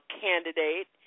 candidate